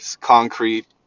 concrete